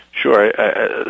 Sure